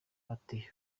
ati